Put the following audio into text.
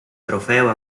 trofeo